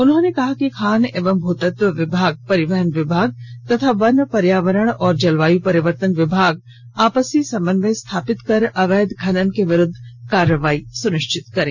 उन्होंने कहा कि खान एवं भूतत्व विभाग परिवहन विभाग तथा वन पर्यावरण एवं जलवायु परिवर्तन विभाग आपसी समन्वय स्थापित कर अवैध खनन के विरूद्ध कार्रवाई सुनिश्चित करें